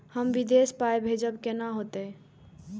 हम विदेश पाय भेजब कैना होते?